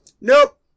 Nope